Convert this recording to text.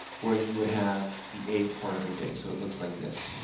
where you would have the, a part of the day. so it looks like this.